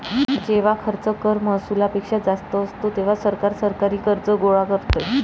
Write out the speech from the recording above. जेव्हा खर्च कर महसुलापेक्षा जास्त असतो, तेव्हा सरकार सरकारी कर्ज गोळा करते